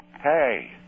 Hey